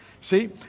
See